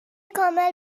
کامل